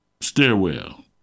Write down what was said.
stairwell